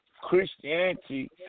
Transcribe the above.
Christianity